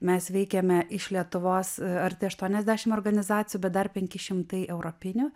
mes veikėme iš lietuvos arti aštuoniasdešim organizacijų bet dar penki šimtai europinių